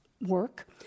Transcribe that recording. work